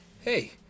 Hey